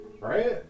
Right